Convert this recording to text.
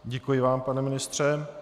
Děkuji vám, pane ministře.